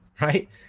Right